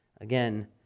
Again